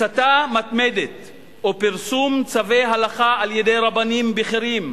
הסתה מתמדת או פרסום צווי הלכה על-ידי רבנים בכירים,